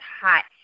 hot